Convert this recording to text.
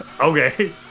Okay